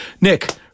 Nick